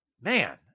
man